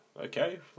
okay